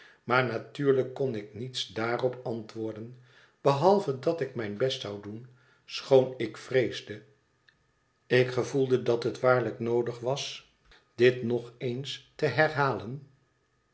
maar natuurlijk kon ik niets daarop antwoorden behalve dat ik mijn best zou doen schoon ik vreesde ik gevoelde waarlijk dat het noodig was dit nog eens te herhalen